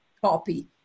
copy